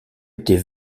était